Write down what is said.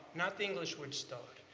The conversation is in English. not the english word star.